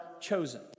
chosen